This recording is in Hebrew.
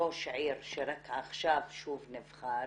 ראש עיר שרק עכשיו שוב נבחר